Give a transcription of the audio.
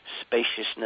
spaciousness